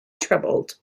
troubled